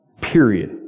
Period